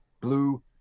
Blue